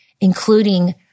including